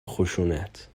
خشونت